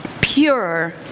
pure